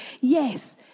Yes